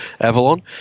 Avalon